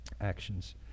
actions